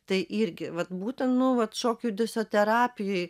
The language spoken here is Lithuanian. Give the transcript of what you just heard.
tai irgi vat būtent nu vat šokio judesio terapijoj